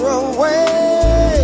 away